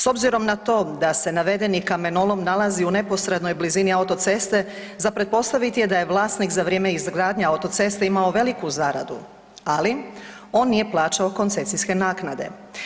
S obzirom na to da se navedeni kamenolom nalazi u neposrednoj blizini autoceste za pretpostaviti je da je vlasnik za vrijeme izgradnje autoceste imao veliku zaradu, ali on nije plaćao koncesijske naknade.